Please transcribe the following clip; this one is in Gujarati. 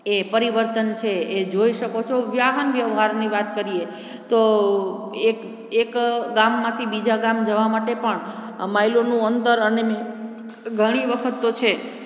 એ પરિવર્તન છે એ જોઈ શકો છો વાહન વ્યવહારની વાત કરીએ તો એક ગામમાંથી બીજા ગામમાં જવા માટે પણ માઈલોનું અંદર અને ઘણી વખત તો છે